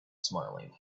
smiling